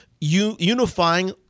unifying